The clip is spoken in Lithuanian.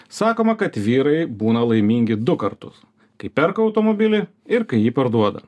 sakoma kad vyrai būna laimingi du kartus kai perka automobilį ir kai jį parduoda